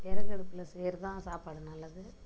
விறகு அடுப்பில் செய்கிறதுதான் சாப்பாடு நல்லது